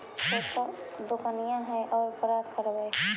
छोटा दोकनिया है ओरा बड़ा करवै?